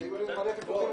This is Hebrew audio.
כי היו לי כל מיני ויכוחים.